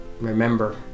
remember